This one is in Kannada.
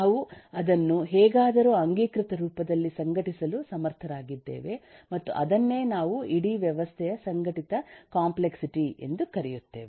ನಾವು ಅದನ್ನು ಹೇಗಾದರೂ ಅಂಗೀಕೃತ ರೂಪದಲ್ಲಿ ಸಂಘಟಿಸಲು ಸಮರ್ಥರಾಗಿದ್ದೇವೆ ಮತ್ತು ಅದನ್ನೇ ನಾವು ಇಡೀ ವ್ಯವಸ್ಥೆಯ ಸಂಘಟಿತ ಕಾಂಪ್ಲೆಕ್ಸಿಟಿ ಎಂದು ಕರೆಯುತ್ತೇವೆ